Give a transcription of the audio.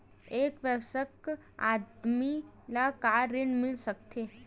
एक वयस्क आदमी ल का ऋण मिल सकथे?